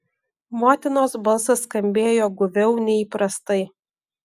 motinos balsas skambėjo guviau nei įprastai